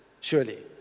surely